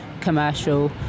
commercial